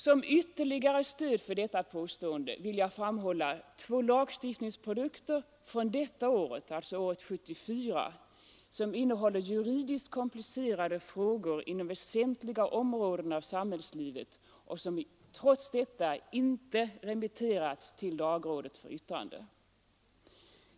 Som ytterligare stöd för detta påstående vill jag framhålla två lagstiftningsprodukter från detta år, alltså 1974, som innehåller juridiskt komplicerade frågor inom väsentliga områden av samhällslivet och som trots detta inte remitterats till lagrådet för yttrande.